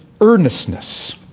earnestness